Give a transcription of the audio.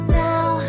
now